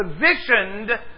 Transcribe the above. positioned